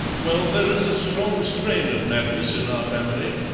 well, there is a strong strain of madness in our family.